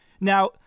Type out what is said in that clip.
Now